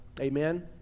Amen